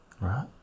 Right